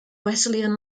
wesleyan